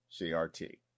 CRT